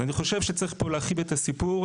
אני חושב שצריך פה להרחיב את הסיפור,